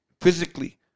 physically